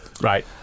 Right